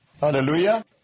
Hallelujah